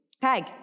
Peg